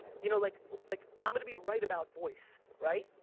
you know like like i'm gonna be right about voice, right?